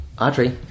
Audrey